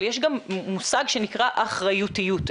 אבל יש גם מושג שנקרא אחריותיות,